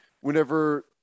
Whenever